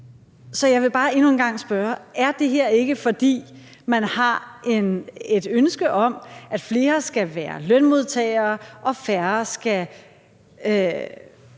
Så jeg vil bare endnu en gang spørge: Er det her ikke, fordi man har et ønske om, at flere skal være lønmodtagere og færre skal